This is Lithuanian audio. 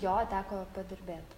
jo teko padirbėti